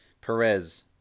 Perez